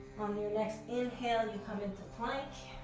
on your next inhale, you come into plank.